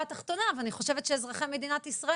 אני ביקרתי בבית החולים לפני חודש או חודש וחצי.